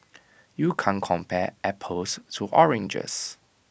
you can't compare apples to oranges